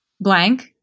Blank